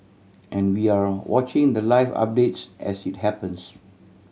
and we're watching the live updates as it happens